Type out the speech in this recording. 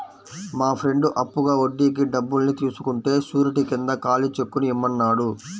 మా ఫ్రెండు అప్పుగా వడ్డీకి డబ్బుల్ని తీసుకుంటే శూరిటీ కింద ఖాళీ చెక్కుని ఇమ్మన్నాడు